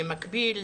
במקביל